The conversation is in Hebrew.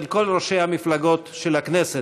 את כל ראשי המפלגות של הכנסת.